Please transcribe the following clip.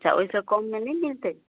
अच्छा ओहि सऽ कममे नहि मिलतै